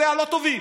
אלה הלוא טובים.